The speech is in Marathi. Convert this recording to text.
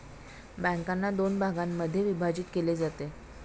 बँकांना दोन भागांमध्ये विभाजित केले जाते